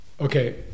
okay